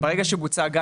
אנחנו צריכים לבצע את